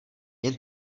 jen